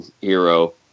hero